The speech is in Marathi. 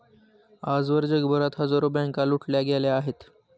आजवर जगभरात हजारो बँका लुटल्या गेल्या आहेत